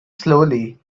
slowly